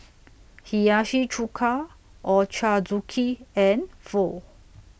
Hiyashi Chuka Ochazuke and Pho